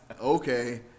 okay